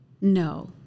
no